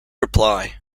reply